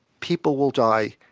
people will die.